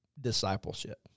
discipleship